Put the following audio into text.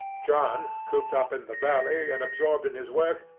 john, cooped up in the valley, and absorbed in his work,